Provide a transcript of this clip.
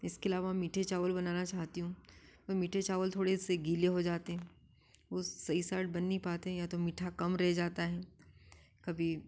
इसके अलावा मीठे चावल बनाना चाहती हूँ मेरे मीठे चावल थोड़े से गीले हो जाते हैं वो सही साट बन नहीं पाते हैं या तो मीठा कम रह जाता है कभी